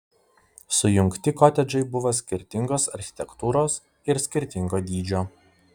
sujungti kotedžai buvo skirtingos architektūros ir skirtingo dydžio